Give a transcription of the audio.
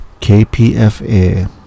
KPFA